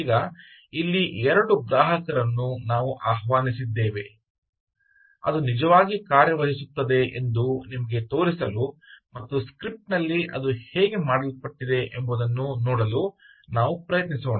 ಈಗ ಇಲ್ಲಿ 2 ಗ್ರಾಹಕರನ್ನು ನಾವು ಆಹ್ವಾನಿಸಿದ್ದೇವೆ ಅದು ನಿಜವಾಗಿ ಕಾರ್ಯನಿರ್ವಹಿಸುತ್ತದೆ ಎಂದು ನಿಮಗೆ ತೋರಿಸಲು ಮತ್ತು ಸ್ಕ್ರಿಪ್ಟ್ನಲ್ಲಿ ಅದು ಹೇಗೆ ಮಾಡಲ್ಪಟ್ಟಿದೆ ಎಂಬುದನ್ನು ನೋಡಲು ನಾವು ಪ್ರಯತ್ನಿಸೋಣ